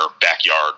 backyard